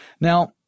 Now